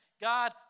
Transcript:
God